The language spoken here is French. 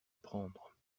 apprendre